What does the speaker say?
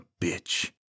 bitch